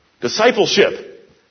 Discipleship